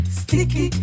sticky